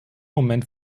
moment